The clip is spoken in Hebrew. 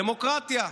דמוקרטיה,